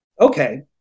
Okay